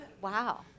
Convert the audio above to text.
Wow